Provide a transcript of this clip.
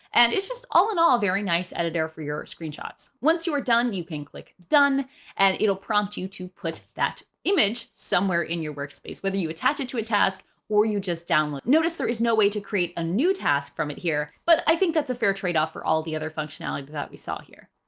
and it's just all in all, very nice editor for your screenshots. once you are done, you can click done and it'll prompt you to put that image somewhere in your workspace whether you attach it to a task or you just download it, there is no way to create a new task from it here. but i think that's a fair trade off for all the other functionality but that we saw here.